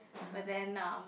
but then uh